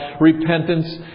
repentance